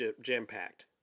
jam-packed